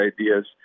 ideas